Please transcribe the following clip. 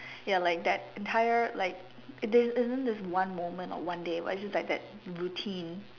ya like that entire like there isn't this one moment or one day but it's just like that routine